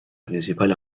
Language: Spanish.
principal